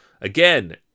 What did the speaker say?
Again